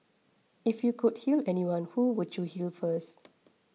if you could heal anyone who would you heal first